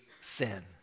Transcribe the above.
sin